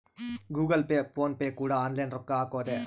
Google Pay PhonePe ಕೂಡ online ರೊಕ್ಕ ಹಕೊದೆ